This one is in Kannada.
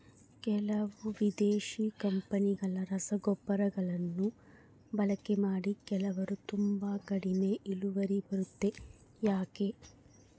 ಕೆಲವು ವಿದೇಶಿ ಕಂಪನಿಗಳ ರಸಗೊಬ್ಬರಗಳನ್ನು ಬಳಕೆ ಮಾಡಿ ಕೆಲವರು ತುಂಬಾ ಕಡಿಮೆ ಇಳುವರಿ ಬರುತ್ತೆ ಯಾಕೆ?